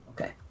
Okay